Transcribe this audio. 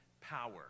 power